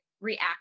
react